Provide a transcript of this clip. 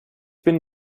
bin